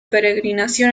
peregrinación